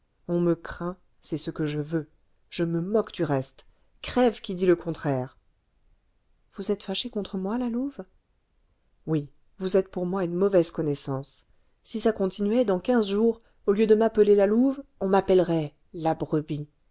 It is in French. on me craint c'est ce que je veux je me moque du reste crève qui dit le contraire vous êtes fâchée contre moi la louve oui vous êtes pour moi une mauvaise connaissance si ça continuait dans quinze jours au lieu de m'appeler la louve on m'appellerait la brebis